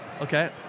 Okay